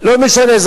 לא משנה,